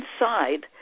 inside